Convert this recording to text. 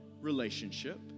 relationship